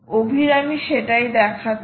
অভিরামি সেটাই দেখাচ্ছেন